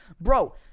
bro